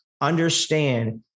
understand